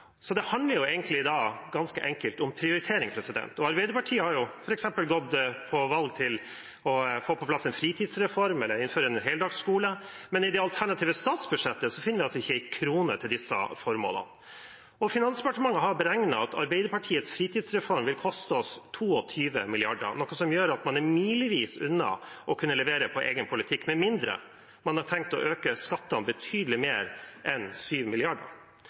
Så det handler egentlig ganske enkelt om prioritering. Arbeiderpartiet har f.eks. gått til valg på å få på plass en fritidsreform eller innføre heldagsskole, men i det alternative statsbudsjettet finner vi ikke en krone til disse formålene. Finansdepartementet har beregnet at Arbeiderpartiets fritidsreform vil koste oss 22 mrd. kr, noe som gjør at man er milevis unna å kunne levere på egen politikk med mindre man har tenkt å øke skattene betydelig mer enn